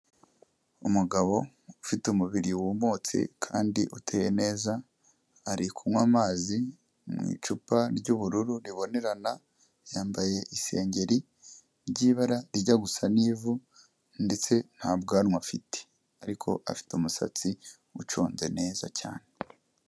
Umugabo ufite umubiri wumutse kandi uteye neza, ari kunywa amazi mu icupa ry'ubururu ribonerana, yambaye isengeri ry'ibara rijya gusa n'ivu ndetse nta bwanwa afite, ariko afite umusatsi umuconze neza cyane.